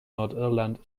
nordirland